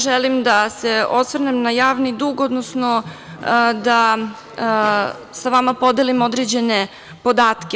Želim da se osvrnem na javni dug, odnosno da sa vama podelim određene podatke.